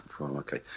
okay